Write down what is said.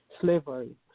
slavery